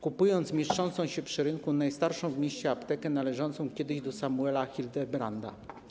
Kupił mieszczącą się przy rynku najstarszą w mieście aptekę należącą kiedyś do Samuela Hildebranda.